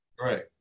Right